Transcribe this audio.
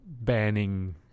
banning